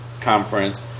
Conference